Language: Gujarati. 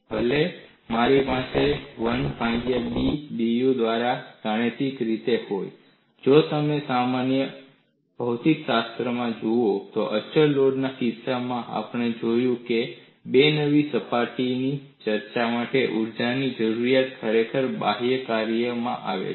ભલે મારી પાસે 1ભાગ્યા B dU દ્વારા ગાણિતિક રીતે હોય જો તમે સમસ્યાના ભૌતિકશાસ્ત્રમાંથી જુઓ અચળ લોડના કિસ્સામાં આપણે જોશું કે બે નવી તિરાડ સપાટીઓની રચના માટે ઊર્જાની જરૂરિયાત ખરેખર બાહ્ય કાર્યમાંથી આવી છે